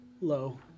Low